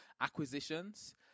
acquisitions